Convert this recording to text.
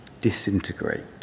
disintegrate